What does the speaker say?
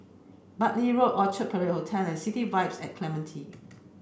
Bartley Walk Orchard Parade Hotel and City Vibe at Clementi